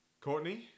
Courtney